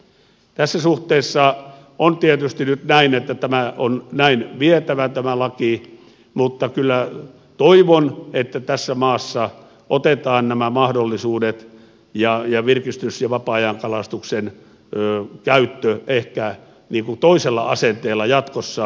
tässä suhteessa on tietysti nyt näin että tämä laki on näin vietävä mutta kyllä toivon että tässä maassa otetaan nämä mahdollisuudet ja virkistys ja vapaa ajankalastuksen käyttö toisella asenteella jatkossa